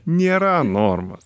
nėra normos